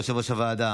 יושב-ראש הוועדה,